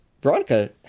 Veronica